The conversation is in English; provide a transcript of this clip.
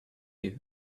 you